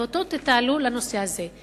ואותו תתעלו לנושא הזה.